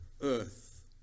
earth